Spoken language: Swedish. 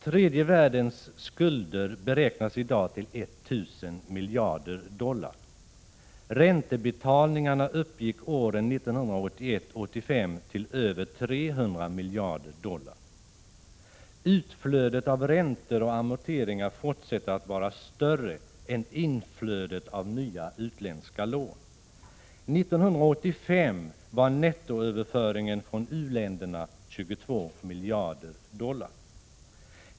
Tredje världens skulder beräknas i dag till 1 000 miljarder dollar. Räntebetalningarna uppgick åren 1981-1985 till över 300 miljarder dollar. Utflödet av räntor och amorteringar fortsätter att vara större än inflödet av nya utländska lån. 1985 var nettoöverföringen från u-länderna 22 miljarder dollar.